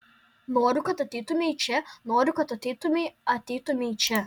noriu kad ateitumei čia noriu kad ateitumei ateitumei čia